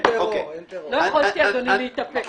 לא יכולתי, אדוני, להתאפק.